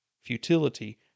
futility